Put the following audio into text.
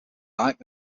diet